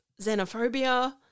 xenophobia